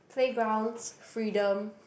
playgrounds freedom